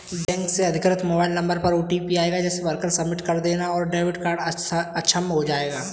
bank से अधिकृत mobile number पर ओटीपी आएगा जिसे भरकर सबमिट कर देना है और डेबिट कार्ड अक्षम हो जाएगा